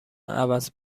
عوض